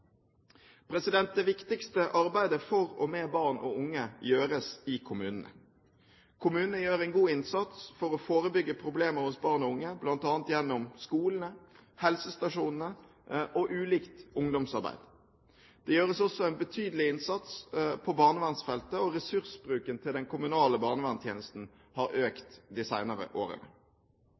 Det viktigste arbeidet for og med barn og unge gjøres i kommunene. Kommunene gjør en god innsats for å forebygge problemer hos barn og unge bl.a. gjennom skolene, helsestasjonene og ulikt ungdomsarbeid. Det gjøres også en betydelig innsats på barnevernsfeltet, og ressursbruken til den kommunale barnevernstjenesten har økt de senere årene.